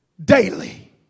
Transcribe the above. Daily